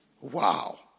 Wow